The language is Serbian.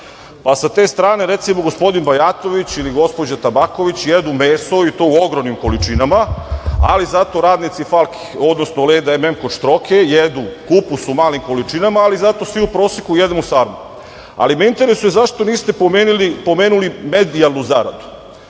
Sa te strane, recimo, gospodin Bajatović ili gospođa Tabaković jedu meso, i to u ogromnim količinama, ali zato radnici „Leda MM“ kod Štroke jedu kupus u malim količinama, ali zato svi u proseku jedemo sarmu. Interesuje me zašto niste pomenuli medijalnu zaradu.